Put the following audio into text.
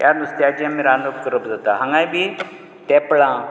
त्या नुस्त्याचें आमी रांदप करप जाता हांगाय बी तेपळां